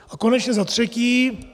A konečně za třetí.